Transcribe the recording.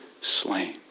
slain